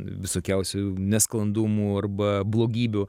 visokiausių nesklandumų arba blogybių